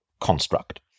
construct